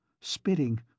Spitting